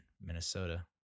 minnesota